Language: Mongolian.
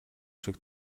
шиг